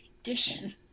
edition